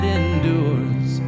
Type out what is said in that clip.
endures